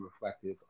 reflective